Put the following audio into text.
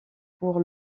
pour